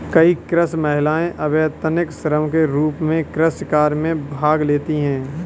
कई कृषक महिलाएं अवैतनिक श्रम के रूप में कृषि कार्य में भाग लेती हैं